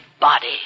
body